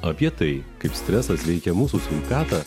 apie tai kaip stresas veikia mūsų sveikatą